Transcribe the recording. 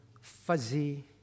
fuzzy